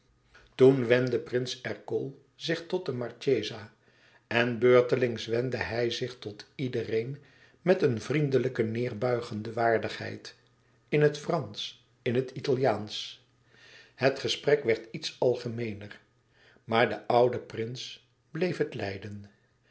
toen wendde prins ercole zich tot de marchesa en beurtelings wendde hij zich tot iedereen met een vriendelijk neêrbuigende waardigheid in het fransch in het italiaansch het gesprek werd iets algemeener maar de oude prins bleef het leiden